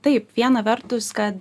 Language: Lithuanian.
taip viena vertus kad